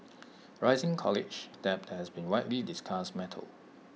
rising college debt has been widely discussed matter